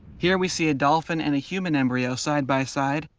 here we see a dolphin and a human embryo, side by side,